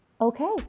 Okay